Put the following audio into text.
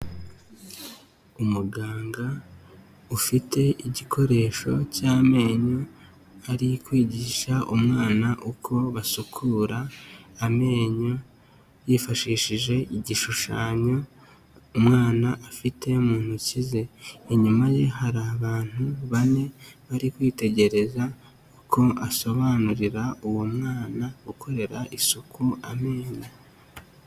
Umuganga ufite igikoresho cy'amenyo ari kwigisha umwana uko basukura amenyo yifashishije igishushanyo umwana afite mu ntoki ze, inyuma ye hari abantu bane bari kwitegereza uko asobanurira uwo mwana ukorera isuku amenyo.